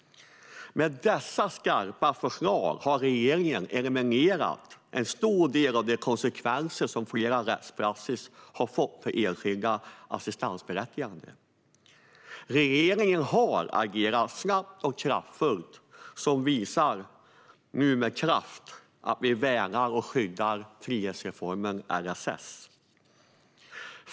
Med dessa skarpa förslag har regeringen eliminerat en stor del av de konsekvenser som rättspraxisen har fått för enskilda assistansberättigade. Regeringen har agerat snabbt och visar att vi med kraft värnar och skyddar frihetsreformen LSS.